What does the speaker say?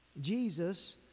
Jesus